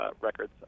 Records